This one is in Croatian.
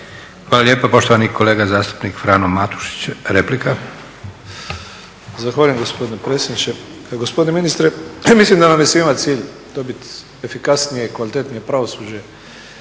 Hvala lijepa. Poštovani kolega zastupnik Frano Matušić, replika. **Matušić, Frano (HDZ)** Zahvaljujem gospodine predsjedniče. Gospodine ministre, mislim da nam je svima cilj dobiti efikasnije, kvalitetnije pravosuđe